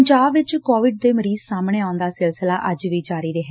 ਪੰਜਾਬ ਚ ਕੋਵਿਡ ਦੇ ਮਰੀਜ਼ ਸਾਹਮਣੇ ਆਉਣ ਦਾ ਸਿਲਲਿਸਾ ਅੱਜ ਵੀ ਜਾਰੀ ਰਿਹਾ